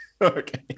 Okay